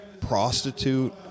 prostitute